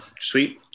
Sweet